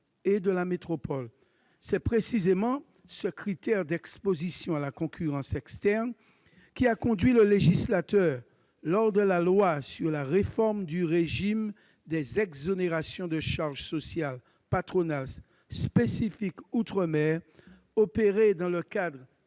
et de la métropole. C'est pourtant précisément le critère d'exposition à la concurrence externe qui a conduit le législateur, lors de la réforme du régime des exonérations de charges sociales patronales spécifiques à l'outre-mer opérée dans le cadre